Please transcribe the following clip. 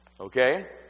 Okay